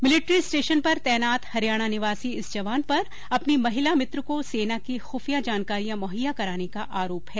military station पर तैनात हरियाणा निवासी इस जवान पर अपनी महिला मित्र को सेना की खुफिया जानकारिया मुहैया कराने का आरोप है